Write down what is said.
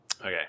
Okay